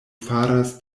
faras